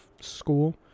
school